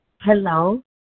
Hello